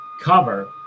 cover